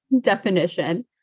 definition